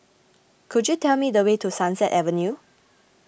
could you tell me the way to Sunset Avenue